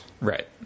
Right